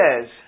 says